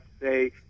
say